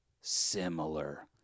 similar